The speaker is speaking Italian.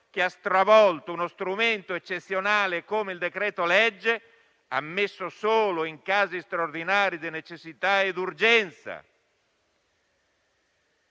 che ha stravolto uno strumento eccezionale come il decreto-legge, ammesso solo in casi straordinari di necessità e d'urgenza,